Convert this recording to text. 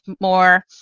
more